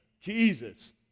Jesus